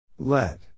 Let